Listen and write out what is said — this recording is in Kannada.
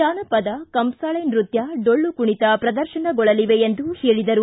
ಜಾನಪದ ಕಂಸಾಳೆ ನೃತ್ಯ ಡೊಳ್ಳುಕುಣಿತ ಪ್ರದರ್ಶನಗೊಳ್ಳಲಿವೆ ಎಂದು ಹೇಳಿದರು